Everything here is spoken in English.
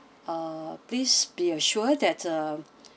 uh please be assured that uh